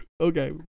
Okay